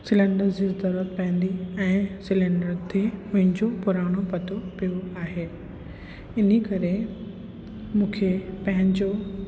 cylinder जी ज़रूरत पवंदी ऐं सिलेंडर ते मुंहिंजो पुराणो पतो पियो आहे इन करे मूंखे पंहिंजो